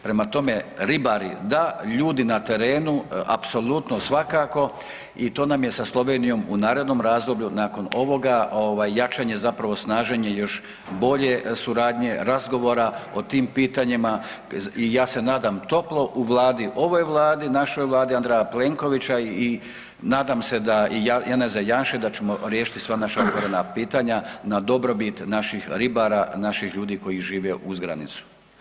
Prema tome, ribari da, ljudi na terenu apsolutno svakako i to nam je sa Slovenijom u narednom razdoblju nakon ovoga jačanje, zapravo snaženje još bolje suradnje, razgovora o tim pitanjima i ja se nadam toplo u Vladi, ovoj Vladi, našoj Vladi Andreja Plenkovića i nadam se Janeza Janše da ćemo riješiti sva naša otvorena pitanja na dobrobit naših ribara, naših ljudi koji žive uz granicu.